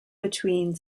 between